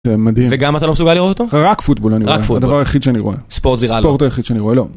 זה מדהים. וגם אתה לא מסוגל לראות אותו? -רק פוטבול אני רואה. -רק פוטבול. -הדבר היחיד שאני רואה. -ספורט זירה לא? ספורט היחיד שאני רואה, לא.